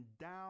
down